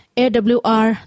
awr